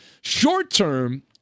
short-term